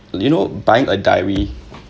you know buying a diary